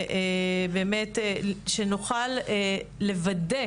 שנוכל לוודא